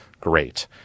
great